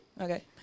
okay